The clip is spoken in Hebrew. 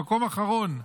המקום האחרון.